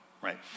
Right